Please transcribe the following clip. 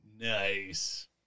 Nice